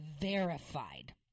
verified